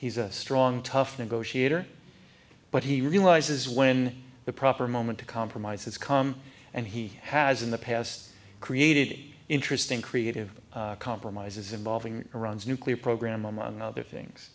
he's a strong tough negotiator but he realizes when the proper moment to compromise has come and he has in the past created interesting creative compromises involving iran's nuclear program among other things